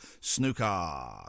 Snooker